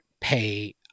pay